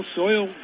soil